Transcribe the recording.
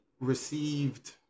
received